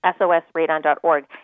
SOSradon.org